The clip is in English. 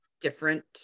different